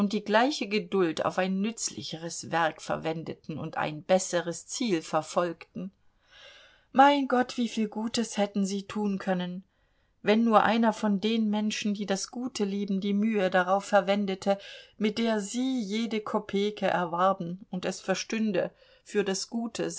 die gleiche geduld auf ein nützlicheres werk verwendeten und ein besseres ziel verfolgten mein gott wieviel gutes hätten sie tun können wenn nur einer von den menschen die das gute lieben die mühe darauf verwendete mit der sie jede kopeke erwarben und es verstünde für das gute